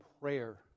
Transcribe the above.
prayer